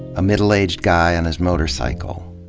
a middle-aged guy on his motorcycle.